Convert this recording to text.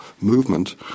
movement